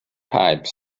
pipe